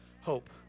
hope